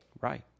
Right